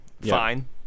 fine